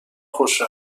خوش